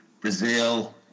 brazil